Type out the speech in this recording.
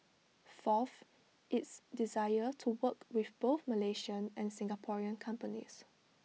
fourth its desire to work with both Malaysian and Singaporean companies